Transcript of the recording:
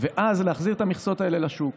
ואז להחזיר את המכסות האלה לשוק.